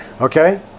Okay